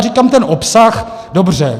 Já říkám ten obsah, dobře.